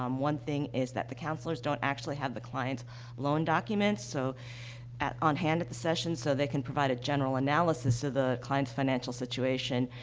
um one thing is that the counselors don't actually have the client's loan documents, so at on hand at the session so they can provide a general analysis of the client's financial situation,